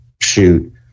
shoot